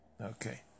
Okay